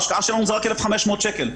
ההשקעה שלנו היא רק 1,500 שקל.